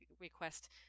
request